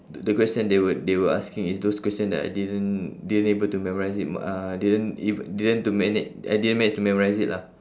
the the question they were they were asking is those question that I didn't didn't able to memorise it mu~ uh didn't ev~ didn't to mana~ I didn't manage to memorise it lah